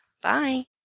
Bye